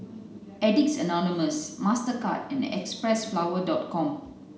addicts anonymous Mastercard and xpressflower dot com